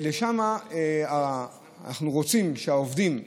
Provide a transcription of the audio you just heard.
שם אנחנו רוצים שהעובדים,